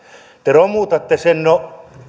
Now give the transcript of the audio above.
te romutatte sen no